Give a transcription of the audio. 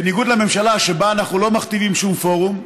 בניגוד לממשלה, שבה אנחנו לא מכתיבים שום פורום,